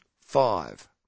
five